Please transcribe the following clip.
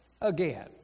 again